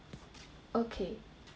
okay